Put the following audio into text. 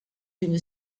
une